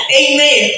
amen